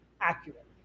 accurate